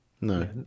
no